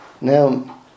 Now